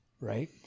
Right